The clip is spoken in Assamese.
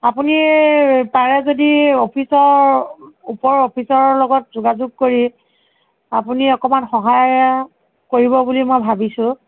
আপুনি পাৰে যদি অফিচৰ ওপৰৰ অফিচৰ লগত যোগাযোগ কৰি আপুনি অকমান সহায় কৰিব বুলি মই ভাবিছোঁ